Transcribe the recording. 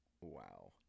Wow